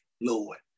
Lord